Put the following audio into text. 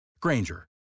Granger